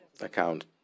account